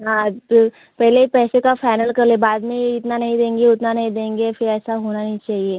हाँ तो पहले ही पैसे का फ़ाइनल कर लें बाद में इतना नहीं देंगी उतना नहीं देंगे फिर ऐसा होना नहीं चाहिए